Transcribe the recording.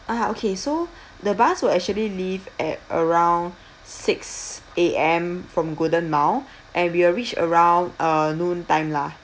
ah okay so the bus will actually leave at around six A_M from golden mile and we will reach around uh noon time lah